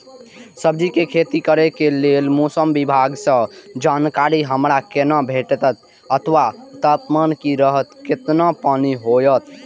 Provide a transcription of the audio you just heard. सब्जीके खेती करे के लेल मौसम विभाग सँ जानकारी हमरा केना भेटैत अथवा तापमान की रहैत केतना पानी होयत?